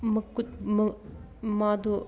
ꯃꯈꯨꯠ ꯃꯥꯗꯨ